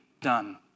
done